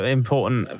important